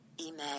email